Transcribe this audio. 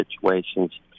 situations